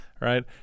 right